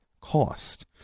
cost